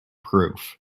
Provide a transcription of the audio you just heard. proof